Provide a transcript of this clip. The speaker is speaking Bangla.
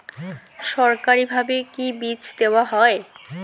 সরকারিভাবে কি বীজ দেওয়া হয়?